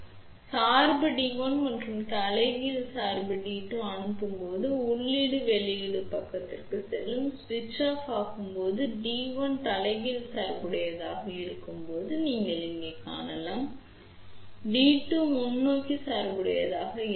எனவே நாங்கள் சார்பு டி 1 மற்றும் தலைகீழ் சார்பு டி 2 ஐ அனுப்பும்போது உள்ளீடு வெளியீட்டு பக்கத்திற்கு செல்லும் சுவிட்ச் ஆஃப் ஆகும்போது டி 1 தலைகீழ் சார்புடையதாக இருக்கும்போது நீங்கள் இங்கே காணலாம் மற்றும் டி 2 முன்னோக்கி சார்புடையதாக இருக்கும்